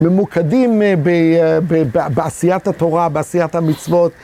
ממוקדים בעשיית התורה, בעשיית המצוות.